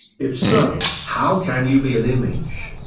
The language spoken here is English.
if so, how can you be an image?